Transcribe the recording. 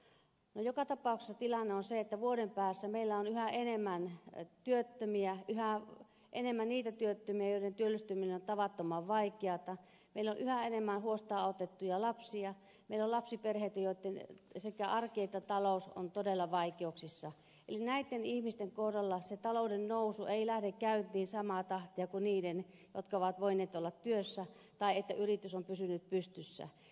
no joka tapauksessa tilanne on se että vuoden päästä meillä on yhä enemmän työttömiä yhä enemmän niitä työttömiä joiden työllistyminen on tavattoman vaikeata meillä on yhä enemmän huostaanotettuja lapsia meillä on lapsiperheitä joiden sekä arki että talous on todella vaikeuksissa eli näitten ihmisten kohdalla se talouden nousu ei lähde käyntiin samaa tahtia kuin niiden kohdalla jotka ovat voineet olla työssä tai joiden yritys on pysynyt pystyssä